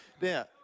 Now